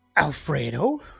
Alfredo